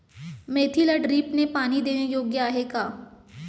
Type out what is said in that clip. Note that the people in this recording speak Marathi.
मेथीला ड्रिपने पाणी देणे योग्य आहे का?